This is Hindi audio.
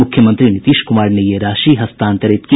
मुख्यमंत्री नीतीश कुमार ने ये राशि हस्तांतरित की